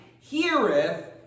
heareth